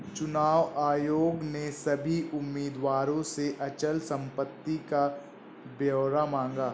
चुनाव आयोग ने सभी उम्मीदवारों से अचल संपत्ति का ब्यौरा मांगा